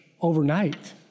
overnight